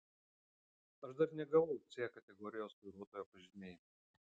aš dar negavau c kategorijos vairuotojo pažymėjimo